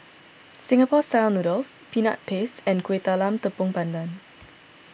Singapore Style Noodles Peanut Paste and Kuih Talam Tepong Pandan